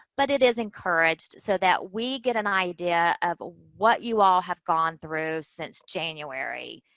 but it is encouraged so that we get an idea of what you all have gone through since january,